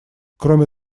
кроме